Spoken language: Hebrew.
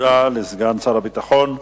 תודה לסגן שר הביטחון.